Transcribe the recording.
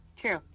True